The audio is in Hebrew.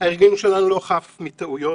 הארגון שלנו לא חף מטעויות,